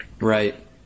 Right